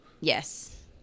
Yes